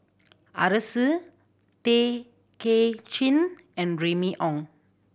Arasu Tay Kay Chin and Remy Ong